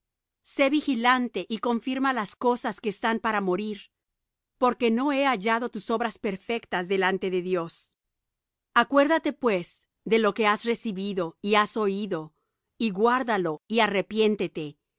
sé vigilante y confirma las otras cosas que están para morir porque no he hallado tus obras perfectas delante de dios acuérdate pues de lo que has recibido y has oído y guárda lo y arrepiéntete